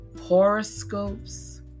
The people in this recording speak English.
horoscopes